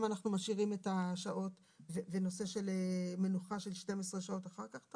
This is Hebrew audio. אנחנו משאירים את השעות ונושא של מנוחה של 12 שעות אחר כך?